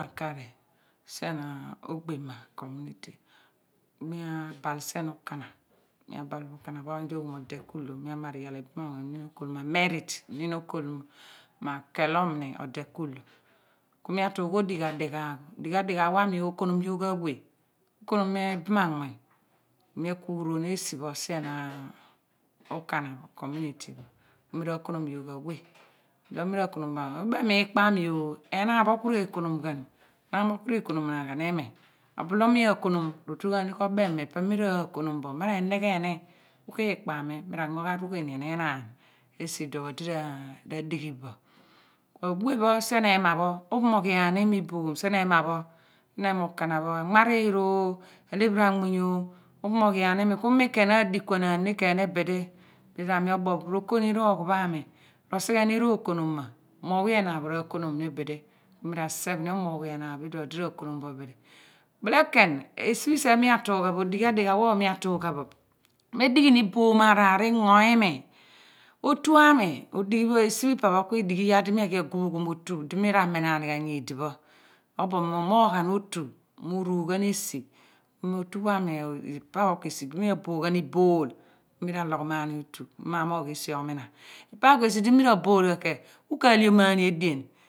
Akari sien ogbema ko mite mia bal sien okana ma bal okana oony di oghal mo odekulo mi amaar iyal ibam anmuuny onin okol ma merit onin okol ma kelomni odekuklo ku mi atugha odighi adighaagh odighi adighaagh pho ami okonom yogh awe okonom ibem anmuuny mi aku ghuron esi ho sien okana community ku mi ra konom yogh ghan we iduo mira konom gha bo ubem mo ikpo amio enaan pho ku re konom ghan enaan pho ku re konom neghan imi ebulo mi ekonom rotu ghaani ko bem ipe mi ra konom me me re nighe ni ku ki ikpo ami mi ra ra ango ghan rughuenien enaan esi idue pho odi ra dighi bo awe pho sien ema pho upomoghi ani imi iboom sien ema pho sien ema okana pho anmaniiro alephiri anmuuny upho moghiani imi ku ni khen aadikuanaani ni khen bi bi di ra mi dooph ro ko ni rogho pho ami ro si gheri rokonom omogh we enaan pho ra konom ni bidi ku ni ra seph ni omoghwe enaan pho iduo odi ra konom mo bidi bile khen ebi sien pho mi atugha odighi adighaagh mi etugha pho mi dighi ni iboom araar ingo imi otue mi odighi pho esi phi pa pho ku idighi yaar di mi aghi aguphoghom otu di mi ra mina ni ghan nyidi pho obo mi re mina ni ghan nyidi pho obo mi umoghan otu mi urughan ku mo otupho ami ipe pho ku esi di mi abol ghan ibol mi ra loghomani otu mi ma mogh esi omina ipa ku esi di mi rabol ghan khen ku ka komaani edien